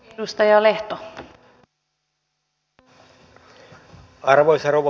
se ei voi olla tarkoitus